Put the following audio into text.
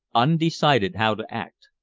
undecided how to act.